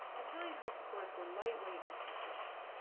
italian harpsichords were lightweight in construction,